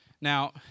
Now